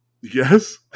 Yes